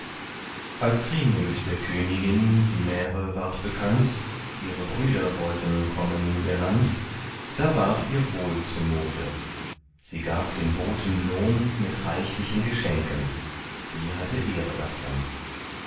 als kriemhild der königin die märe ward bekannt ihre brüder wollten kommen in ihr land da ward ihr wohl zumute sie gab den boten lohn mit reichlichen geschenken sie hatte ehre davon